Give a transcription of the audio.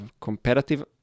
competitive